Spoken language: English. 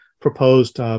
proposed